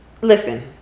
Listen